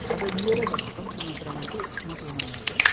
सबै मिलेरै बसे कम्ती मात्रमा चाहिँ मुसुलमानहरू छ